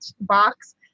box